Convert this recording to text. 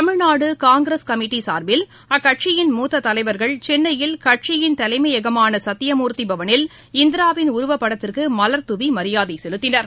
தமிழ்நாடுகாங்கிரஸ் கமிட்டிசா்பில் அக்கட்சியின் மூத்ததலைவா்கள் சென்னையில் கட்சியின் தலைமையகமானசத்யமூர்த்திபவனில் இந்திராவின் உருவப்படத்திற்குமலர்துவிமியாதைசெலுத்தினர்